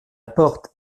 porte